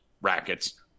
Rackets